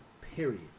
period